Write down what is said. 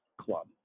club